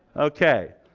okay.